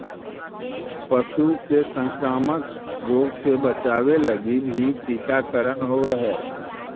पशु के संक्रामक रोग से बचावे लगी भी टीकाकरण होवऽ हइ